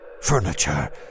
furniture